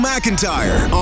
McIntyre